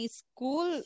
school